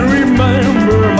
remember